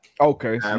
Okay